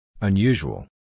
Unusual